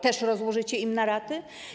Też rozłożycie im to na raty?